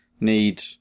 need